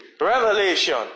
revelation